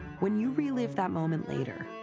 when you relive that moment later,